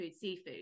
seafood